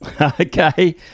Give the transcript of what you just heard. Okay